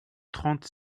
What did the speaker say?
trente